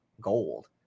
gold